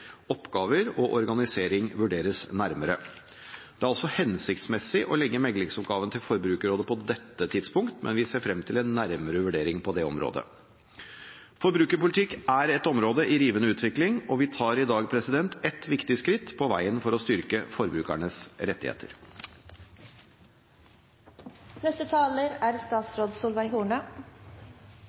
oppgaver og organisering vurderes nærmere. Det er også hensiktsmessig å legge meklingsoppgaven til Forbrukerrådet på dette tidspunkt, men vi ser frem til en nærmere vurdering på det området. Forbrukerpolitikk er et område i rivende utvikling, og vi tar i dag et viktig skritt på veien for å styrke forbrukernes